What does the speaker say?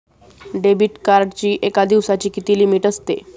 Debit कार्डची एका दिवसाची किती लिमिट असते?